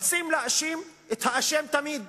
רצים להאשים את האשם תמיד,